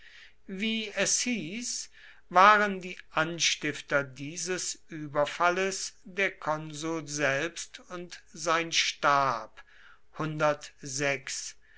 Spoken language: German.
wie es hieß waren die anstifter dieses überfalles der konsul selbst und sein stab